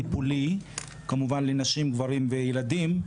טיפולי, כמובן לנשים גברים וילדים.